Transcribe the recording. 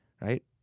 right